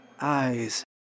eyes